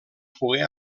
pogué